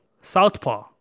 Southpaw